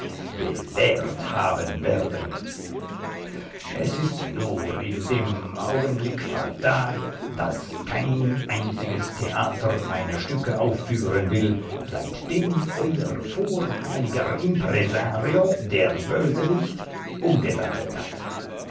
belehrt haben werden es ist nur in dem augenblick fatal daß kein einziges theater meine stücke aufführen will seitdem euer vormaliger impresario der bösewicht umgesattelt hat